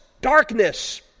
darkness